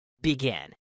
Begin